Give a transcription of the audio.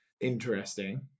interesting